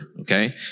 Okay